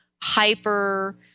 hyper-